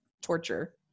torture